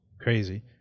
crazy